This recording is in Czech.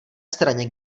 straně